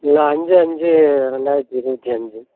இல்லை அஞ்சு அஞ்சு ரெண்டாயிரத்து இருபத்தி அஞ்சுங்